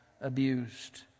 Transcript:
abused